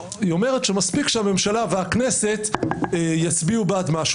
היא אומרת שמספיק שהממשלה והכנסת יצביעו בעד משהו,